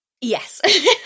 yes